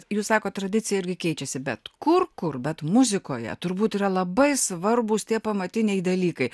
jūs sakot tradicija irgi keičiasi bet kur kur bet muzikoje turbūt yra labai svarbūs tie pamatiniai dalykai